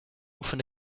oefen